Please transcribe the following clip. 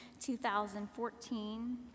2014